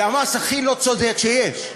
זה המס הכי לא צודק שיש,